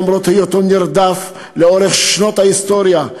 למרות היותו נרדף לאורך שנות ההיסטוריה,